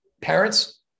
parents